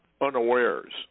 unawares